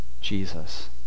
Jesus